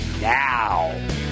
now